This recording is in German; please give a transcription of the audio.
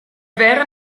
wäre